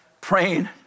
praying